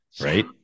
right